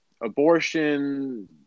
abortion